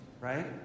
Right